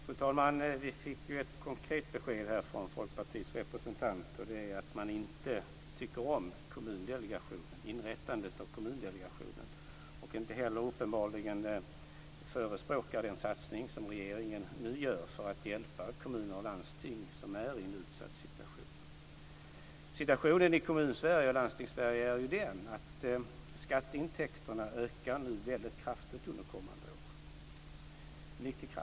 Fru talman! Vi fick ett konkret besked från Folkpartiets representant, att man inte tycker om inrättandet av Kommundelegationen och uppenbarligen inte heller den förespråkade satsning som regeringen nu gör för att hjälpa kommuner och landsting som är i en utsatt situation. Situationen i Kommunsverige och Landstingssverige är den att skatteintäkterna kommer att öka mycket kraftigt under kommande år.